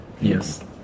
Yes